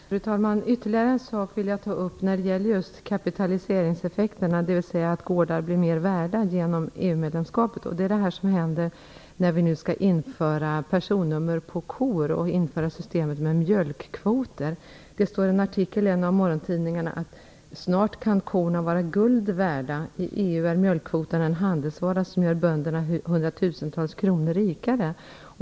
Fru talman! Jag vill ta upp ytterligare en sak när det gäller just kapitaliseringseffekterna, dvs. att gårdar blir mer värda genom ett EU-medlemskap, nämligen följderna av att vi skall införa personnummer på kor och ett system med mjölkkvoter. I en artikel i en av morgontidningarna står det att korna snart kommer att vara guld värda, eftersom korna i EU är en handelsvara som gör bönderna hundratusentals kronor rikare.